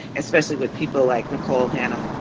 especially with people like nicole hannah.